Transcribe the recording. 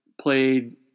played